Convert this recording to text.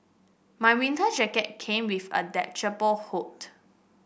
my winter jacket came with a detachable hood